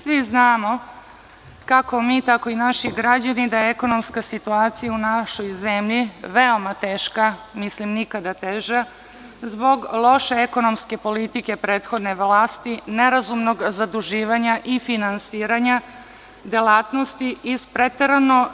Svi znamo, kako mi, tako i naši građani, da je ekonomska situacija u našoj zemlji veoma teška, nikada teža, zbog loše ekonomske politike prethodne vlasti, nerazumnog zaduživanja i finansiranja delatnosti iz preterano